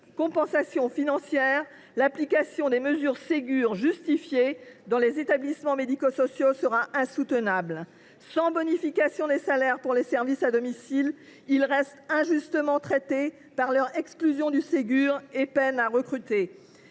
compensation financière, l’application des mesures Ségur justifiées dans les établissements médico sociaux sera insoutenable. Sans bonification des salaires, les services à domicile restent injustement traités par leur exclusion du Ségur et peinent à recruter.